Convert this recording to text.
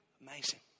Amazing